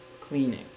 cleaning